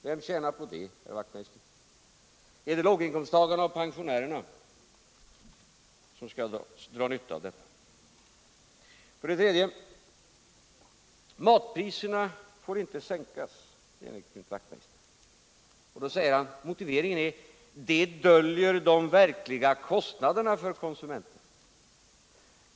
Vem tjänar på det, herr Wachmeister? Är det låginkomsttagarna och pensionärerna som skall dra nytta av detta? 3. Matpriserna får inte sänkas enligt Knut Wachtmeister. Han säger att motiveringen är att det skulle dölja de verkliga kostnaderna för konsumenterna.